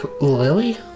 Lily